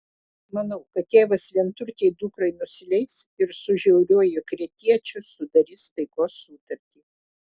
manau kad tėvas vienturtei dukrai nusileis ir su žiauriuoju kretiečiu sudarys taikos sutartį